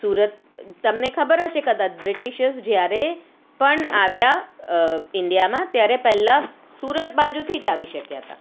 સુરત તમને ખબર હશે કદાચ બ્રિટિશર્સ જ્યારે પણ આવ્યા ઈન્ડિયામાં ત્યારે પહેલાં સુરત બાજુથી જ આવી શક્યા હતા